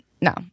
No